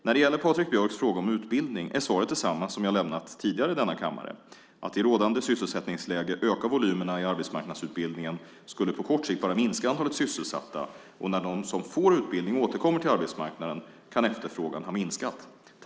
När det gäller Patrik Björcks fråga om utbildning är svaret detsamma som jag lämnat tidigare i denna kammare: Att i rådande sysselsättningsläge öka volymerna i arbetsmarknadsutbildningen skulle på kort sikt bara minska antalet sysselsatta, och när de som får utbildning återkommer till arbetsmarknaden kan efterfrågan ha minskat.